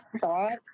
thoughts